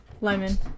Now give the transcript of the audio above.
Lemon